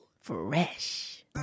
Fresh